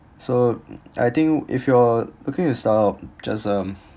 so I think if you're looking is the just um